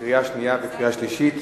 קריאה שנייה וקריאה שלישית.